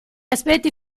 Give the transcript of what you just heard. aspetti